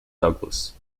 douglas